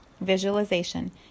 visualization